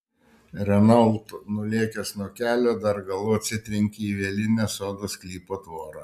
renault nulėkęs nuo kelio dar galu atsitrenkė į vielinę sodo sklypo tvorą